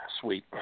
sweet